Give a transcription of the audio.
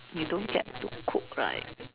you don't get to cook right